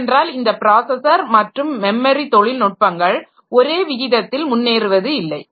ஏனென்றால் இந்த ப்ராஸஸர் மற்றும் மெமரி தொழில்நுட்பங்கள் ஒரே விகிதத்தில் முன்னேறுவது இல்லை